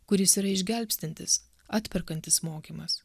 kuris yra išgelbstintis atperkantis mokymas